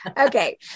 okay